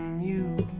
you